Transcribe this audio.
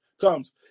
comes